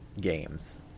games